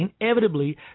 inevitably